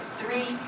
three